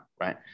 right